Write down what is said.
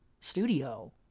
studio